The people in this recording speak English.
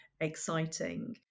exciting